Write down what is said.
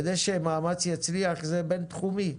כדי שמאמץ יצליח, זה בין-תחומי.